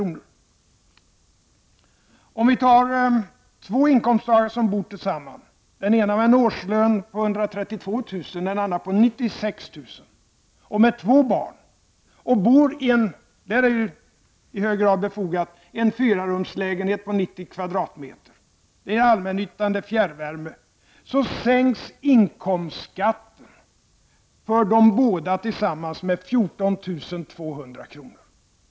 I nästa exempel tar vi två inkomsttagare som bor tillsammans. Den ena har en årslön på 132 000 kr., den andra på 96 000. De har två barn. De bor i en — här är det i hög grad befogat — fyrarumslägenhet på 90 m?. Det är allmännyttan, det är fjärrvärme. För de båda tillsammans sänks inkomstskatten med 14 200 kr.